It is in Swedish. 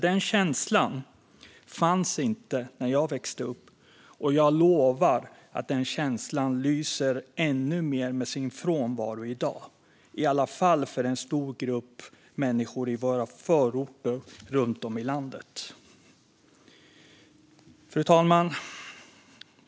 Den känslan fanns inte när jag växte upp, och jag lovar att den känslan lyser ännu mer med sin frånvaro i dag, i alla fall för en stor grupp människor i våra förorter runt om i landet. Fru talman!